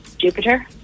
Jupiter